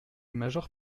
major